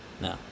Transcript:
no